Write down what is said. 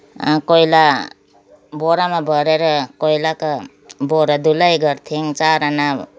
कोइला बोरामा भरेर कोइलाको बोरा धुलाई गर्थ्यौँ चार आना